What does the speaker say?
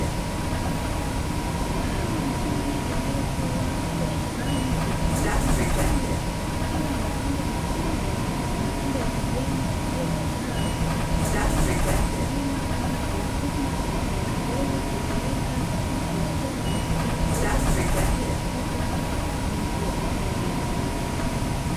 Kahawa nzuri iliyokuwa ipo shambani kwenye miti mizuri ikiwa na matunda mekundu na matunda ya kijani iliyokomaa, tayari kwa wakulima kwenda kuivuna na kuweza kuipeleka katika masoko, ili kuweza kujipatia kipato cha matumizi ya kupikia.